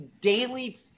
daily